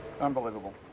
Unbelievable